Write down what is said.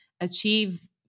achieve